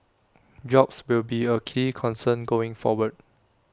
jobs will be A key concern going forward